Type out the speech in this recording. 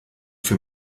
für